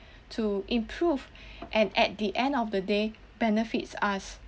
to improve and at the end of the day benefits us